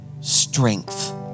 strength